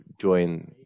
join